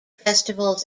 festival